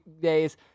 days